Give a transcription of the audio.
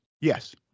Yes